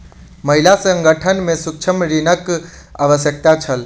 महिला संगठन के सूक्ष्म ऋणक आवश्यकता छल